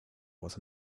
was